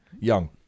young